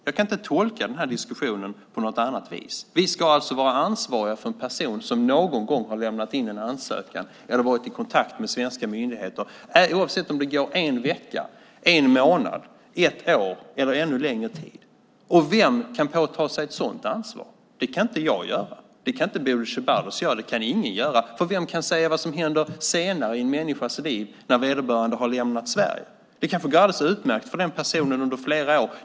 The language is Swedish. Jag kan inte tolka den här diskussionen på något annat vis. Vi ska alltså vara ansvariga för en person som någon gång har lämnat in en ansökan eller varit i kontakt med svenska myndigheter, oavsett om det går en vecka, en månad, ett år eller ännu längre tid. Vem kan påta sig ett sådant ansvar? Det kan inte jag göra. Det kan inte Bodil Ceballos göra. Det kan ingen göra. För vem kan säga vad som händer senare i en människas liv när vederbörande har lämnat Sverige? Det kanske går alldeles utmärkt för den personen under flera år.